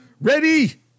Ready